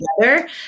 together